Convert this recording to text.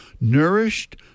nourished